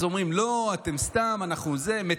אז אומרים: לא, אתם סתם, אנחנו מצמצמים.